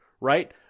right